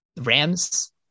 Rams